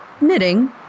knitting